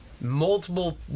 multiple